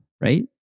right